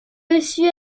reçut